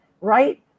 right